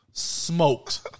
smoked